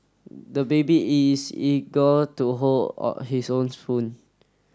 the baby is eager to hold his own spoon